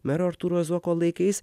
mero artūro zuoko laikais